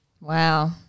Wow